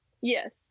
yes